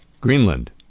Greenland